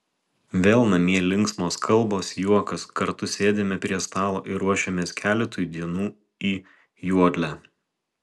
vėl namie linksmos kalbos juokas kartu sėdime prie stalo ir ruošiamės keletui dienų į juodlę